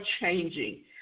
changing